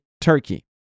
Turkey